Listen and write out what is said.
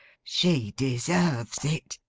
she deserves it